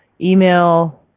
email